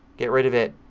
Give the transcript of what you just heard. get rid of it.